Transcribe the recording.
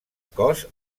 cos